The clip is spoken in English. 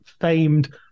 famed